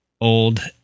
old